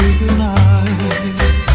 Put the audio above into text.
goodnight